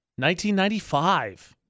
1995